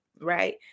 right